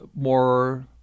more